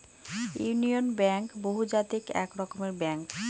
union Bank বহুজাতিক এক রকমের ব্যাঙ্ক